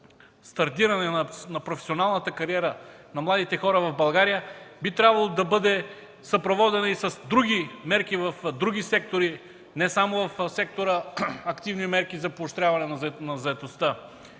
стартиране на професионалната кариера на младите хора в България, би трябвало да бъде съпроводена и с други мерки в други сектори, не само в сектора „Активни мерки за поощряване на заетостта”.